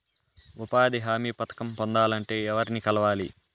ఉపాధి హామీ పథకం పొందాలంటే ఎవర్ని కలవాలి?